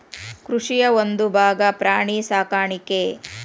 ಕೃಷಿಯ ಒಂದುಭಾಗಾ ಪ್ರಾಣಿ ಸಾಕಾಣಿಕೆ